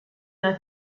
una